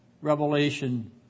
revelation